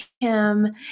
Kim